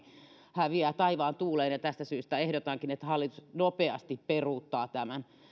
häviää taivaan tuuliin tästä syystä ehdotankin että hallitus nopeasti peruuttaa tämän